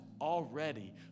already